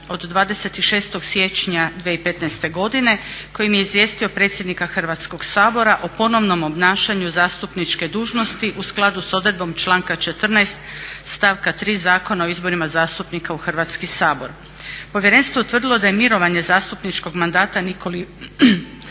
od 26.siječnja 2015.godine kojim je izvijestio predsjednika Hrvatskog sabora o ponovnom obnašanju zastupničke dužnosti u skladu sa odredbom članka 14.stavka 3. Zakona o izborima zastupnika u Hrvatski sabor. Povjerenstvo je utvrdilo da je mirovanje zastupničkog mandata Nikoli Vuljaniću